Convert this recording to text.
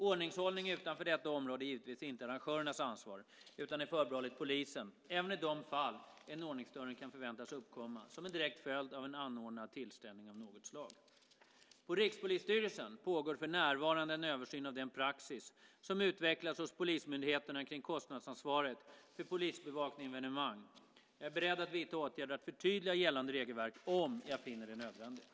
Ordningshållning utanför detta område är givetvis inte arrangörens ansvar utan är förbehållet polisen, även i de fall en ordningsstörning kan förväntas uppkomma som en direkt följd av en anordnad tillställning av något slag. På Rikspolisstyrelsen pågår för närvarande en översyn av den praxis som utvecklats hos polismyndigheterna kring kostnadsansvaret för polisbevakning vid evenemang. Jag är beredd att vidta åtgärder för att förtydliga gällande regelverk om jag finner det nödvändigt.